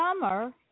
Summer